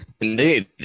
indeed